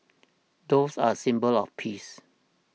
doves are a symbol of peace